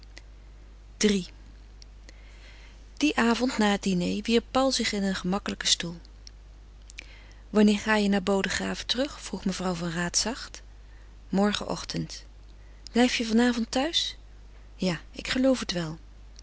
iii dien avond na het diner wierp paul zich in een gemakkelijken stoel wanneer ga je naar bodegraven terug vroeg mevrouw van raat zacht morgen ochtend blijf je van avond thuis ja ik geloof het wel